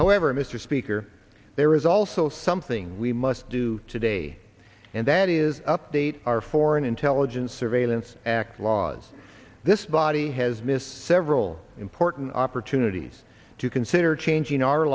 however mr speaker there is also something we must do today and that is update our foreign intelligence surveillance act laws this body has missed several important opportunities to consider changing our